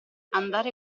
andare